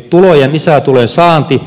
tulojen ja lisätulojen saannin